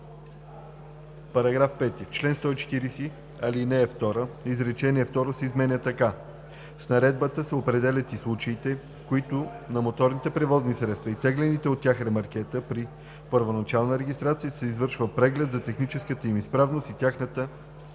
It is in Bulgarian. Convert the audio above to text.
§ 5: „§ 5. В чл. 140, ал. 2 изречение второ се изменя така: „С наредбата се определят и случаите, в които на моторните превозни средства и теглените от тях ремаркета при първоначална регистрация се извършва преглед за техническата им изправност и тяхното